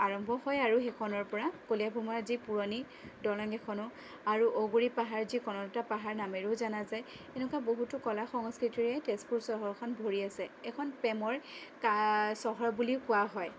আৰম্ভ হয় আৰু সেইখনৰ পৰা কলিয়াভোমোৰা যি পুৰণি দলং এখনো আৰু ঔগুৰি পাহাৰ যি কনকলতা পাহাৰ নামেৰেও জনা যায় এনেকুৱা বহু কলা সংস্কৃতিৰে তেজপুৰ চহৰখন ভৰি আছে এইখন প্ৰেমৰ কা চহৰ বুলিও কোৱা হয়